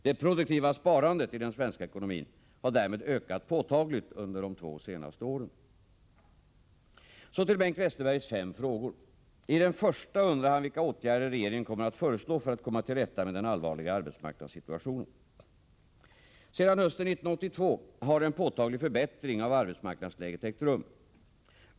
Det produktiva sparandet i den svenska ekonomin har därmed ökat påtagligt under de två senaste åren. Så till Bengt Westerbergs fem frågor. I den första frågan undrar han vilka åtgärder regeringen kommer att föreslå för att komma till rätta med den förbättra den svenska ekonomin förbättra den svenska ekonomin allvarliga arbetsmarknadssituationen. Sedan hösten 1982 har en påtaglig förbättring av arbetsmarknadsläget ägt rum.